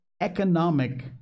economic